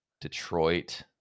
detroit